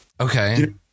Okay